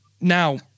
Now